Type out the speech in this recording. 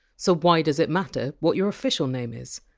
so why does it matter what your official name is?